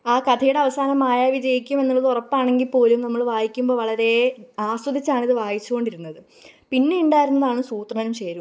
ആ കഥയുടെ അവസാനം മായാവി ജയിക്കുമെന്നുള്ളത് ഉറപ്പാണെങ്കിൽ പോലും നമ്മൾ വായിക്കുമ്പം വളരേ ആസ്വദിച്ചാണ് ഇത് വായിച്ചു കൊണ്ടിരുന്നത് പിന്നെ ഉണ്ടാരുന്നതാണ് സൂത്രനും ഷേരുവും